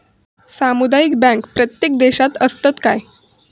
सामुदायिक बँक प्रत्येक देशात असतत काय?